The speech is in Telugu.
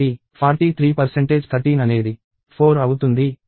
కాబట్టి 43 13 అనేది 4 అవుతుంది ఎందుకంటే 13 3 39 అవుతుంది